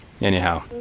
anyhow